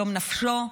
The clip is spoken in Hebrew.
שלום נפשו,